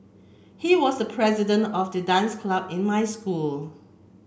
he was the president of the dance club in my school